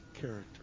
character